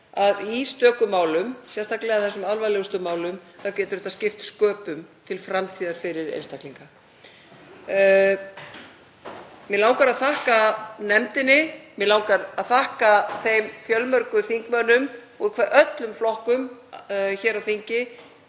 í stöku málum, sérstaklega þessum alvarlegustu málum, skipt sköpum til framtíðar fyrir einstaklinga. Mig langar að þakka nefndinni. Mig langar að þakka þeim fjölmörgu þingmönnum úr öllum flokkum hér á þingi